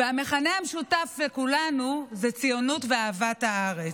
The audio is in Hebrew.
והמכנה המשותף לכולנו זה ציונות ואהבת הארץ.